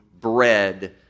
bread